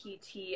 pt